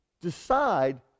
Decide